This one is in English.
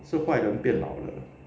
是坏的变老了